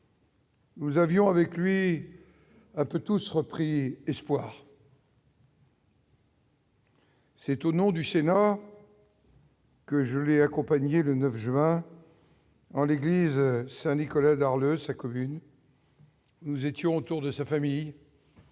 Nous avions avec lui un peu tous repris espoir. C'est au nom du Sénat. Que je l'ai accompagné le 9 juin. En l'église Saint-Nicolas le sa commune. Nous étions autour de sa famille.